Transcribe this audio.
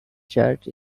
church